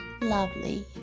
lovely